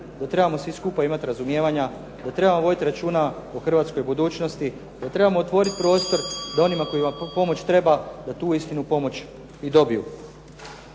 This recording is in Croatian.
da trebamo svi skupa imati razumijevanja, da trebamo voditi računa o Hrvatskoj budućnosti, da trebamo otvoriti prostor onima kojima pomoć treba da tu uistinu pomoć i dobiju.